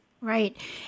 Right